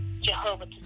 Jehovah